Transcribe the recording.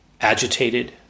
agitated